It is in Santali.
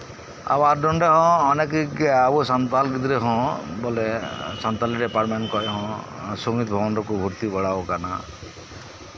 ᱟᱵᱟᱨ ᱱᱚᱸᱰᱮ ᱦᱚᱸ ᱟᱵᱚ ᱥᱟᱱᱛᱟᱲ ᱜᱤᱫᱽᱨᱟᱹ ᱦᱚᱸ ᱵᱚᱞᱮ ᱮᱸᱜ ᱥᱟᱱᱛᱟᱲᱤ ᱰᱤᱯᱟᱨᱴᱢᱮᱱᱴ ᱠᱷᱚᱱ ᱦᱚᱸ ᱮᱸᱜ ᱥᱚᱝᱜᱤᱛ ᱵᱷᱚᱵᱚᱱ ᱠᱚᱨᱮ ᱠᱚ ᱵᱷᱩᱨᱛᱤ ᱵᱟᱲᱟᱣᱟᱠᱟᱱᱟ